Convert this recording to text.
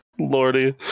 Lordy